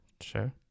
sure